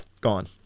gone